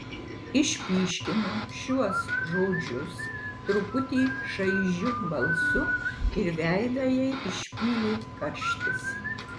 išpyškino šiuos žodžius truputį šaižiu balsu ir veidą jai išpylė karštis